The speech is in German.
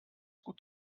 gut